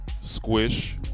Squish